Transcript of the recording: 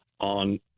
on